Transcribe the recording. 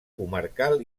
comarcal